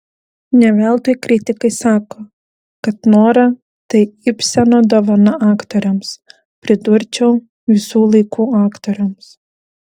ne veltui kritikai sako kad nora tai ibseno dovana aktorėms pridurčiau visų laikų aktorėms